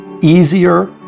easier